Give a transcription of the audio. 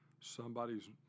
somebody's